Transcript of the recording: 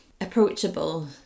approachable